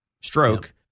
stroke